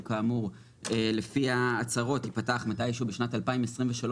שלפי ההצהרות ייפתח מתישהו בשנת 2023,